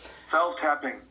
self-tapping